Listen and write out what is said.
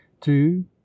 two